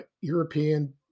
European